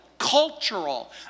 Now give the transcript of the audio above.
Cultural